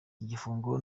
igifungo